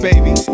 Baby